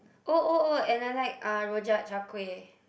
oh oh oh and I like uh rojak char-kway